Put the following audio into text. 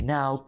Now